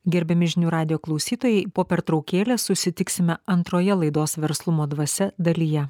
gerbiami žinių radijo klausytojai po pertraukėlės susitiksime antroje laidos verslumo dvasia dalyje